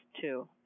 two